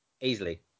Easily